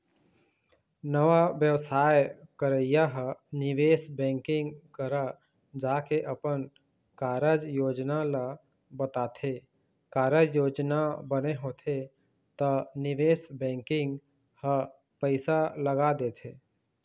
नवा बेवसाय करइया ह निवेश बेंकिग करा जाके अपन कारज योजना ल बताथे, कारज योजना बने होथे त निवेश बेंकिग ह पइसा लगा देथे